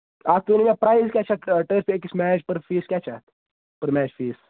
اَتھ ؤنِو مےٚ پرایز کیاہ چھُ اَتھ ترٕفہِ أکِس میچ پٔر فیٖس کیاہ چھُ اَتھ پٔر میچ فیٖس